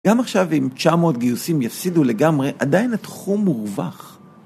גם עכשיו, אם 900 גיוסים יפסידו לגמרי, עדיין התחום מורווח.